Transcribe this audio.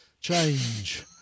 Change